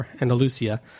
Andalusia